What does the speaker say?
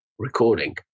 Recording